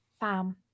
Bam